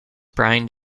brine